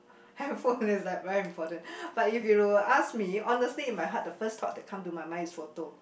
hand phone is like very important but if you were to ask me honestly in my heart the first thought that come in my mind is photo